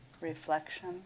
reflection